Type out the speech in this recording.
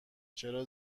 چرا